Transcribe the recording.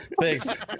thanks